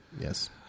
Yes